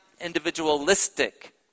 individualistic